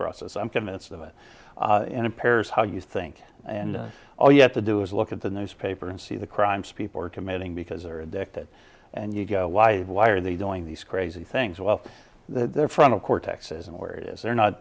process i'm convinced of it impairs how you think and all you have to do is look at the newspaper and see the crimes people are committing because they're addicted and you go why why are they doing these crazy things while their frontal cortex isn't where it is they're not